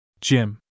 Jim